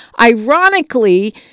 ironically